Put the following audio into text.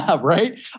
Right